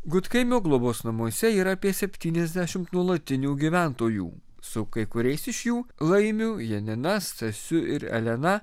gudkaimio globos namuose yra apie septyniasdešim nuolatinių gyventojų su kai kuriais iš jų laimiu janina stasiu ir elena